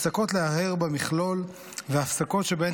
הפסקות להרהר במכלול והפסקות שבהן